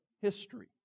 history